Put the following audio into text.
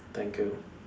thank you